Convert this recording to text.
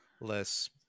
less